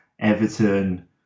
Everton